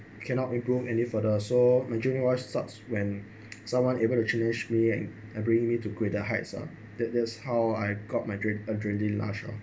cannot improve any further so starts when someone able to challenge me and bring me to greater heights ah that that's how I got my adre~ adrenaline rush ah